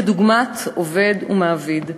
דוגמת עובד ומעביד,